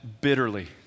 bitterly